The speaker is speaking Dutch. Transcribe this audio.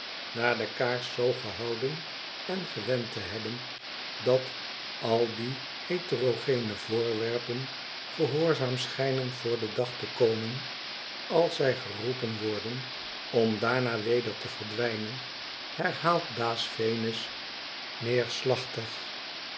na de kaars zoo gehouden en wend te hebben dat al die heterogene voorwerpen gehoorzaam schijnen voor den dag te komen als zij geroepen worden om daarna weder te verdwijnen herhaalt baas venus heerslachtig